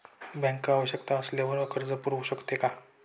Bank आवश्यकता असल्यावर कर्ज पुरवू शकते का?